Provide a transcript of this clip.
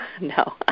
No